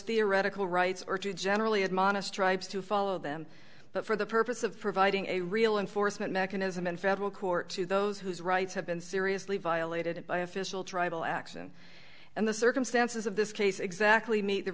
theoretical rights or to generally admonish tribes to follow them but for the purpose of providing a real unforced mechanism in federal court to those whose rights have been seriously violated by official tribal action and the circumstances of this case exactly meet the